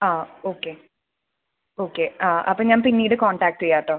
ആ okay okay ആ അപ്പം ഞാൻ പിന്നീട് കോൺടാക്റ്റ് ചെയ്യാം കേട്ടോ